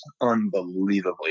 unbelievably